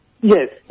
Yes